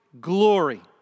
glory